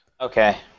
Okay